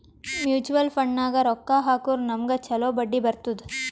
mutual ಫಂಡ್ನಾಗ್ ರೊಕ್ಕಾ ಹಾಕುರ್ ನಮ್ಗ್ ಛಲೋ ಬಡ್ಡಿ ಬರ್ತುದ್